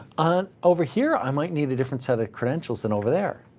ah over here, i might need a different set of credentials than over there.